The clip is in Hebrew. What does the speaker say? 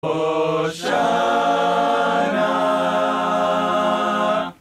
הושע נא